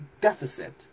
deficit